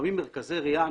לפעמים מרכזי ריאן,